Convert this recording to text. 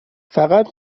فقط